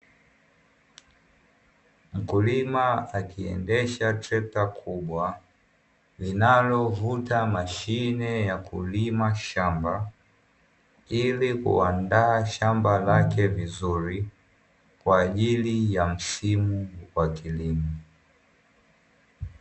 Mkulima akiendesha trekta kubwa linalovuta mashine ya kulima shamba, ili kuandaa shamba lake vizuri kwa ajili ya msimu wa kilimo.